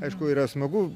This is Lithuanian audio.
aišku yra smagu